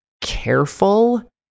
careful